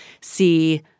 see –